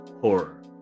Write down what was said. horror